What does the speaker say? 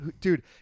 dude